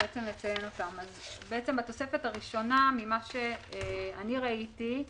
ונציין אותם: אז בתוספת הראשונה, ממה שאני ראיתי,